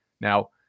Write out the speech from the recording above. Now